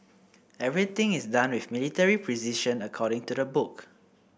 everything is done with military precision according to the book